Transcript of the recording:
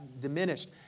diminished